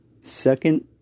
second